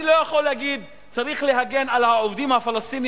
אני לא יכול להגיד: צריך להגן על העובדים הפלסטינים